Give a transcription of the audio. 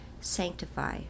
sanctify